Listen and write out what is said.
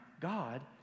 God